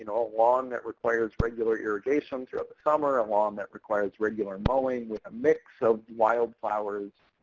you know lawn that requires regular irrigation throughout the summer, a lawn that requires regular mowing with a mix of wildflowers